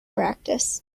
practice